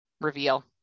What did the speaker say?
reveal